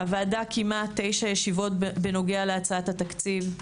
הוועדה קיימה תשע ישיבות בנוגע להצעת התקציב: